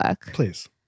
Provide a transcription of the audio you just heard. Please